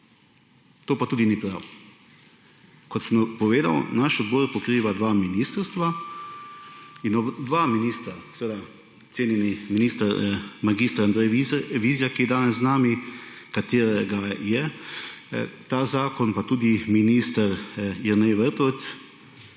To pa tudi ni prav. Kot sem povedal, naš odbor pokriva dve ministrstvi in dva ministra, seveda cenjeni minister mag. Andrej Vizjak je danes z nami, od katerega je ta zakon, pa tudi minister Jernej Vrtovec,